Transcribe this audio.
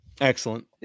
Excellent